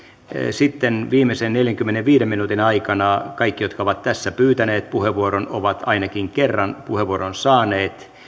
sitten viimeisen neljänkymmenenviiden minuutin aikana kaikki jotka ovat tässä pyytäneet puheenvuoron ovat ainakin kerran puheenvuoron saaneet